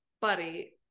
buddy